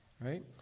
right